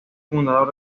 fundador